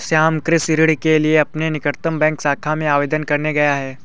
श्याम कृषि ऋण के लिए अपने निकटतम बैंक शाखा में आवेदन करने गया है